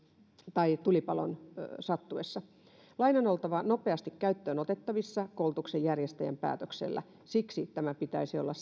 tai vesivahingon sattuessa lain on oltava nopeasti käyttöön otettavissa koulutuksen järjestäjän päätöksellä siksi tämä pitäisi olla